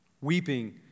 weeping